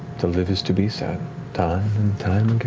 to live is to be sad, time and time again.